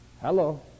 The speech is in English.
Hello